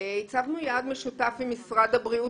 אנחנו הצבנו יעד משותף עם משרד הבריאות